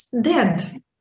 dead